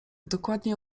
dokładnie